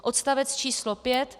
Odstavec číslo 5.